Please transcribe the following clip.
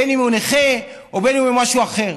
בין שהוא נכה ובין שהוא משהו אחר.